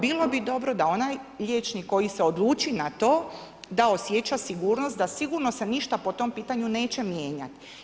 Bilo bi dobro da onaj liječnik koji se odluči na to, da osjeća sigurnost da sigurno se ništa po tom pitanju neće mijenjati.